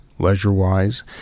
leisure-wise